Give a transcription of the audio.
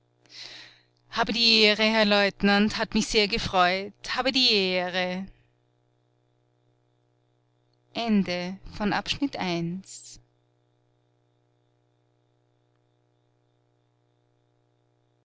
habe die ehre herr leutnant hat mich sehr gefreut habe die ehre